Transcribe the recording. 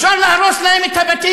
אפשר להרוס להם את הבתים,